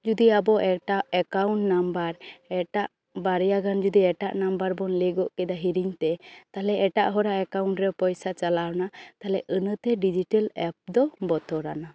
ᱡᱩᱫᱤ ᱟᱵᱚ ᱮᱴᱟᱜ ᱮᱠᱟᱩᱱᱴ ᱱᱟᱢᱵᱟᱨ ᱮᱴᱟᱜ ᱵᱟᱨᱭᱟ ᱜᱟᱱ ᱡᱩᱫᱤ ᱮᱴᱟᱜ ᱱᱟᱢᱵᱟᱨ ᱵᱚᱱ ᱞᱟᱹᱭ ᱜᱚᱫ ᱠᱮᱫᱟ ᱦᱤᱨᱤᱧ ᱛᱮ ᱛᱟᱦᱚᱞᱮ ᱮᱴᱟᱜ ᱦᱚᱲᱟᱜ ᱮᱠᱟᱴᱩᱱᱴ ᱨᱮ ᱯᱚᱭᱥᱟ ᱪᱟᱞᱟᱣ ᱮᱱᱟ ᱛᱟᱦᱚᱞᱮ ᱤᱱᱟᱹᱛᱮ ᱰᱤᱡᱤᱴᱮᱞ ᱮᱯ ᱫᱚ ᱵᱚᱛᱚᱨᱟᱱᱟ